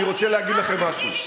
אני רוצה להגיד לכם משהו.